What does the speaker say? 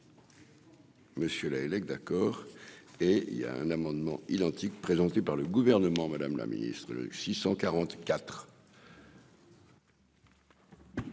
Monsieur Lahellec d'accord et il y a un amendement identique présentée par le gouvernement, Madame la Ministre, le six